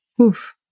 oof